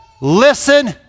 Listen